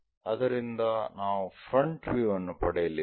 ಅದರಿಂದ ನಾವು front view ಅನ್ನು ಪಡೆಯಲಿದ್ದೇವೆ